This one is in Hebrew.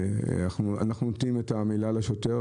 אנחנו נותנים את המילה לשוטר,